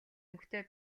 өнгөтэй